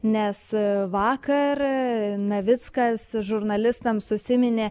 nes vakar navickas žurnalistams užsiminė